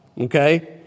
okay